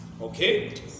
Okay